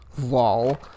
LOL